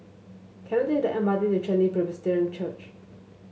can I take the M R T to Chen Li Presbyterian Church